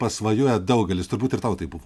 pasvajoja daugelis turbūt ir tau taip buvo